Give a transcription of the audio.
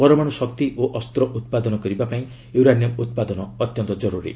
ପରମାଣୁ ଶକ୍ତି ଓ ଅସ୍ତ ଉତ୍ପାଦନ କରିବାପାଇଁ ୟୁରାନିୟମ୍ ଉତ୍ପାଦନ ଜର୍ରୀ